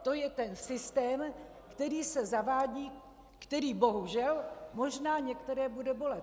To je ten systém, který se zavádí, který bohužel možná některé bude bolet.